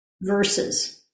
verses